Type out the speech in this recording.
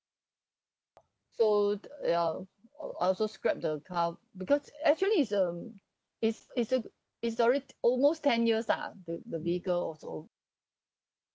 so ya I also scrapped the car because actually is um it's it's uh historic almost ten years lah the the vehicle also